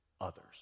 others